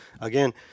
again